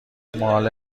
ماله